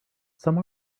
some